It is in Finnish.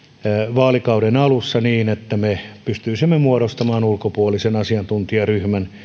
vaalikauden alussa niin että me pystyisimme muodostamaan ulkopuolisen asiantuntijaryhmän